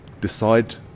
decide